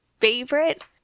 favorite